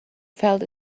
felt